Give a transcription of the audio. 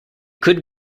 could